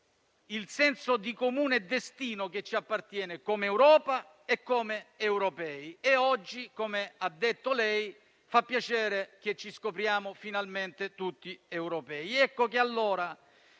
il senso di comune destino che ci appartiene, come Europa e come europei. Come lei ha detto, oggi fa piacere scoprirci finalmente tutti europei.